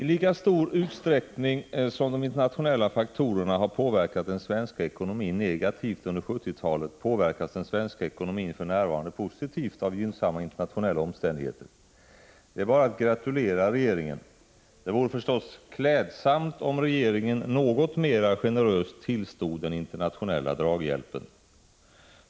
I lika stor utsträckning som de internationella faktorerna har påverkat den svenska ekonomin negativt under 1970-talet, påverkas den svenska ekonomin för närvarande positivt av gynnsamma internationella omständigheter. Det är bara att gratulera regeringen. Det vore förstås klädsamt om regeringen något mer generöst tillstod den internationella draghjälpen.